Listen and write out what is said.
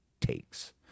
takes